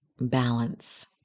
Balance